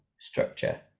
structure